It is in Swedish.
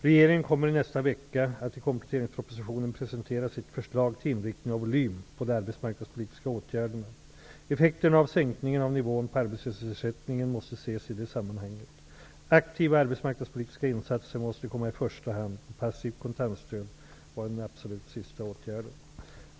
Regeringen kommer i nästa vecka att i kompletteringspropositionen presentera sitt förslag till inriktning och volym på de arbetsmarknadspolitiska åtgärderna. Effekterna av sänkningen av nivån på arbetslöshetsersättningen måste ses i det sammanhanget. Aktiva arbetsmarknadspolitiska insatser måste komma i första hand och passivt kontantstöd vara den absolut sista åtgärden.